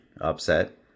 upset